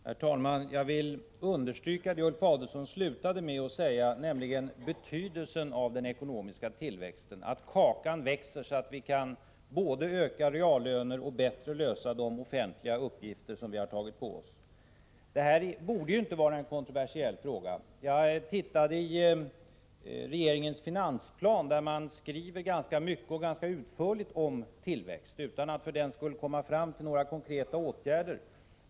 Herr talman! Jag vill understryka det som Ulf Adelsohn slutade sitt anförande med, nämligen betydelsen av den ekonomiska tillväxten, att kakan växer så att vi kan både öka reallönerna och bättre lösa de offentliga uppgifter som vi har tagit på oss. Det här borde inte vara en kontroversiell fråga. Jag tittade i regeringens finansplan där man skriver ganska mycket och ganska utförligt om tillväxt utan att för den skull komma fram till några konkreta åtgärder.